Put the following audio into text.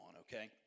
okay